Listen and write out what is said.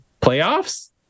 playoffs